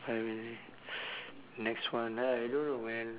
I next one I don't know man